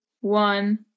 one